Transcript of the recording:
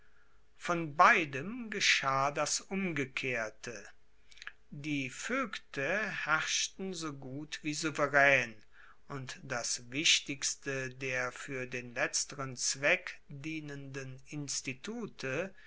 von beidem geschah das umgekehrte die voegte herrschten so gut wie souveraen und das wichtigste der fuer den letzteren zweck dienenden institute